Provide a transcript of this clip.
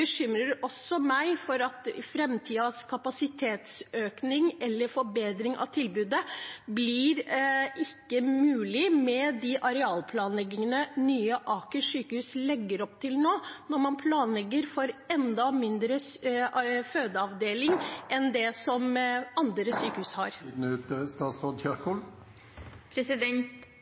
bekymrer meg også med tanke på at framtidens kapasitetsøkning eller forbedring av tilbudet ikke blir mulig med de arealplanleggingene Nye Aker sykehus legger opp til nå, når man planlegger for en enda mindre fødeavdeling enn det andre sykehus har. Tiden er ute.